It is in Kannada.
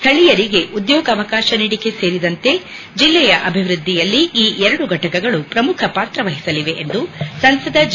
ಸ್ವಳಿಯರಿಗೆ ಉದ್ಯೋಗಾವಕಾಶ ನೀಡಿಕೆ ಸೇರಿದಂತೆ ಜಿಲ್ಲೆಯ ಅಭಿವೃದ್ದಿಯಲ್ಲಿ ಈ ಎರಡು ಫೆಟಕಗಳು ಪ್ರಮುಖ ಪಾತ್ರ ವಹಿಸಲಿವೆ ಎಂದು ಸಂಸದ ಜಿ